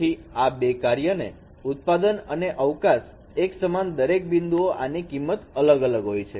તેથી આ બે કાર્ય નો ઉત્પાદન અને અવકાશ એક સમાન દરેક બિંદુ એ આની કિંમત અલગ હોય છે